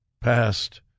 past